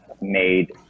made